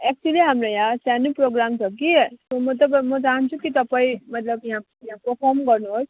actually हाम्रो यहाँ सानो प्रोग्राम छ कि म तपाईँ म चाहन्छु कि तपाईँ मतलब कि यहाँ यहाँ पर्फर्म गर्नुहोस्